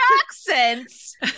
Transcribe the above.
accents